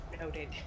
Noted